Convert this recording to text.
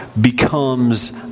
becomes